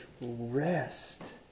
rest